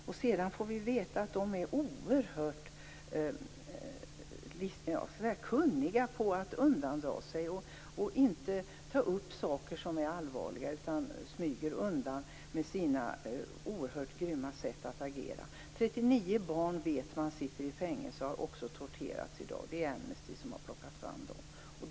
Vi har fått höra att de är oerhört skickliga på att undandra saker som är allvarliga, att de smyger undan med sina oerhört grymma sätt att agera. Man vet att 39 barn i dag sitter i fängelse och har torterats. Det är uppgifter som Amnesty har tagit fram.